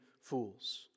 fools